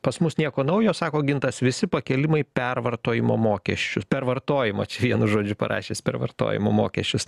pas mus nieko naujo sako gintas visi pakėlimai pervartojimo mokesčių per vartojimą čia vienu žodžiu parašęs per vartojimo mokesčius